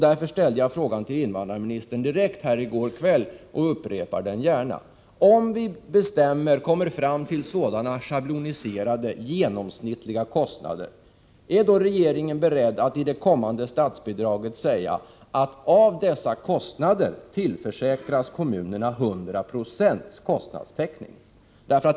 Därför ställde jag frågan direkt till invandrarministern i går kväll, och jag upprepar den gärna: Om vi kommer fram till sådana schabloniserade genomsnittliga kostnader, är då regeringen beredd att i det kommande förslaget om statsbidrag säga att av dessa kostnader tillförsäkras kommunerna 100 90 kostnadstäckning?